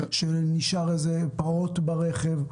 או נשאר פעוט ברכב.